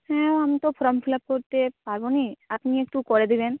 হ্যাঁ আমি তো ফর্ম ফিল আপ করতে পারবনি আপনি একটু করে দিবেন